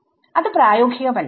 അത് പ്രായോഗികമല്ല